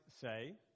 say